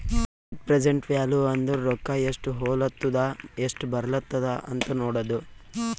net present value ಅಂದುರ್ ರೊಕ್ಕಾ ಎಸ್ಟ್ ಹೊಲತ್ತುದ ಎಸ್ಟ್ ಬರ್ಲತ್ತದ ಅಂತ್ ನೋಡದ್ದ